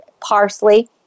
parsley